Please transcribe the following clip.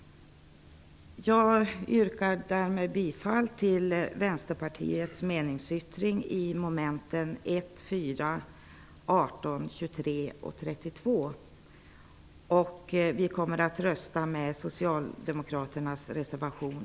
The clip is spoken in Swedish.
Jag yrkar bifall till Vänsterpartiets meningsyttring vad avser mom. 1, 4, 18, 23 och 32. Vi kommer under mom. 12 att rösta för socialdemokraternas reservation.